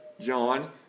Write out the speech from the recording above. john